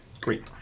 great